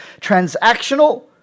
transactional